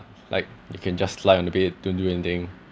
like you can just lie on the bed don't do anything